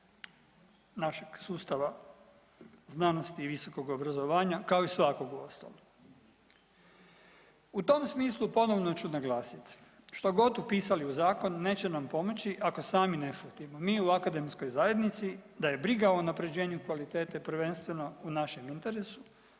našeg sustava znanosti i visokog obrazovanja, kao i svakog uostalom. U tom smislu ponovno ću naglasit što god upisali u zakon neće nam pomoći ako sami ne shvatimo, mi u akademskoj zajednici da je briga o unaprjeđenju kvalitete prvenstveno u našem interesu